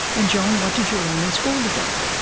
and, joan, what did you learn in school today?